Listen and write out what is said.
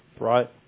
right